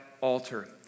altar